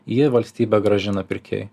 jį valstybė grąžina pirkėjui